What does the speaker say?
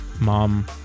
mom